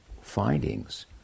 findings